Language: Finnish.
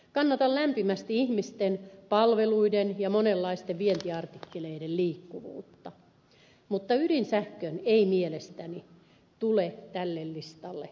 kannatan lämpimästi ihmisten palveluiden ja monenlaisten vientiartikkeleiden liikkuvuutta mutta ydinsähkön ei mielestäni tule tälle listalle kuulua